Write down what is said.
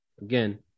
again